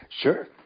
Sure